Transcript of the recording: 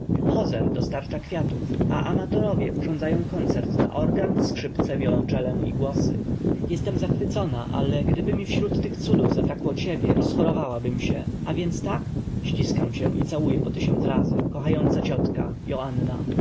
dywanów hozer dostarcza kwiatów a amatorowie urządzają koncert na organ skrzypce wiolonczelę i głosy jestem zachwycona ale gdyby mi wśród tych cudów zabrakło ciebie rozchorowałabym się a więc tak ściskam cię i całuję po tysiąc razy kochająca ciotka